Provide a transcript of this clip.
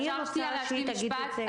אני רוצה שהיא תגיד את זה.